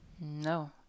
No